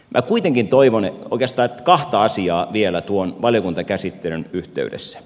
minä kuitenkin toivon oikeastaan kahta asiaa vielä tuon valiokuntakäsittelyn yhteydessä